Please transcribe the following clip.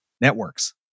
networks